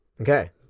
Okay